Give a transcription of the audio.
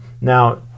now